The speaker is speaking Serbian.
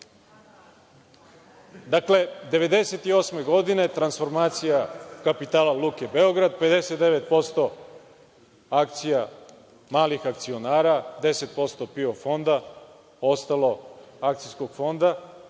tako? Dakle, 1998. godine, transformacija kapitala Luke Beograd, 59% akcija malih akcionara, 10% PIO Fonda, ostalo akcijskog fonda,